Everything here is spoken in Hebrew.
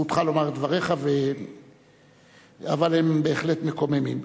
זכותך לומר את דבריך, אבל הם בהחלט מקוממים.